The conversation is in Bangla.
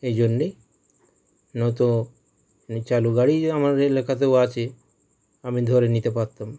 এই জন্যেই নয়তো এই চালু গাড়ি আমার এলাকাতেও আছে আমি ধরে নিতে পারতাম